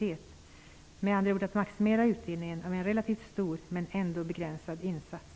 Det gäller med andra ord att maximera utdelningen av en relativt stor men ändå begränsad insats.